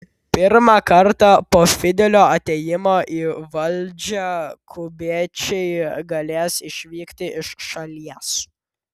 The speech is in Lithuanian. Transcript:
pirmą kartą po fidelio atėjimo į valdžią kubiečiai galės išvykti iš šalies